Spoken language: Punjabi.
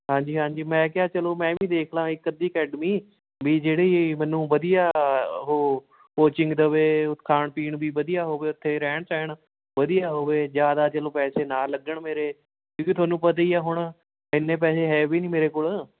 ਹਾਂਜੀ ਹਾਂਜੀ ਮੈਂ ਕਿਹਾ ਚਲੋ ਮੈਂ ਵੀ ਦੇਖ ਲਾ ਇੱਕ ਅੱਧੀ ਅਕੈਡਮੀ ਵੀ ਜਿਹੜੀ ਮੈਨੂੰ ਵਧੀਆ ਉਹ ਕੌਚਿੰਗ ਦਵੇ ਖਾਣ ਪੀਣ ਵੀ ਵਧੀਆ ਹੋਵੇ ਉੱਥੇ ਰਹਿਣ ਸਹਿਣ ਵਧੀਆ ਹੋਵੇ ਜ਼ਿਆਦਾ ਚਲੋ ਪੈਸੇ ਨਾ ਲੱਗਣ ਮੇਰੇ ਕਿਉਂਕਿ ਤੁਹਾਨੂੰ ਪਤਾ ਹੀ ਹੈ ਹੁਣ ਇੰਨੇ ਪੈਸੇ ਹੈ ਵੀ ਨੀ ਮੇਰੇ ਕੋਲ